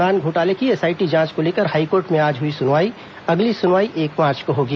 नान घोटाले की एसआईटी जांच को लेकर हाईकोर्ट में आज सुनवाई हुई अगली सुनवाई एक मार्च को होगी